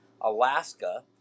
Alaska